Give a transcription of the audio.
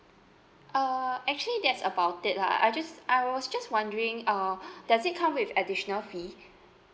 err actually that's about it lah I just I was just wondering uh does it come with additional fee